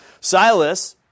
Silas